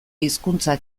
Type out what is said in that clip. hizkuntza